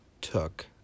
took